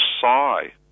sigh